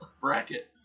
bracket